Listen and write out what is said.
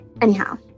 Anyhow